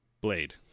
Blade